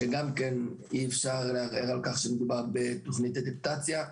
שגם כן אי אפשר לערער על כך שמדובר בתוכנית אדפטציה.